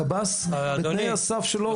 קב"ס תנאי הסף שלו,